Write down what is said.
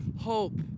hope